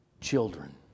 children